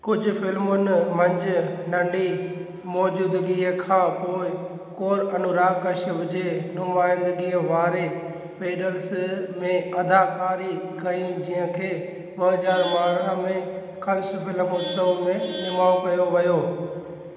कुझ यु फ़िल्मुनि मंझि नंढी मैजूदगीअ खां पोइ कौर अनुराग कश्यप जे नुमाइंदगीअ वारे पेडलर्स में अदाकारी कई जंहिंखे ॿ हज़ार ॿारहं में कान्स फ़िल्म उत्सउ में निमाउ कयो वियो